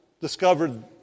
discovered